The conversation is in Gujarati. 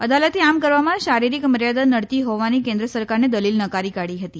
અદાલતે આમ કરવામાં શારીરિક મર્યાદા નડતી હોવાની કેન્દ્ર સરકારની દલીલ નકારી કાઢી હતી